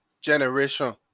generation